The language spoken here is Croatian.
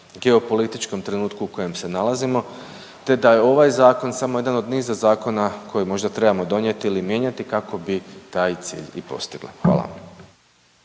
geopolitičkom trenutku u kojem se nalazimo te da je ovaj zakon samo jedan od niza zakona koje možda trebamo donijeti ili mijenjati kako bi taj cilj i postigla. Hvala.